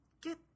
get